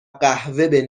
قهوه